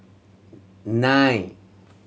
nine